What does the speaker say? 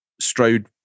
strode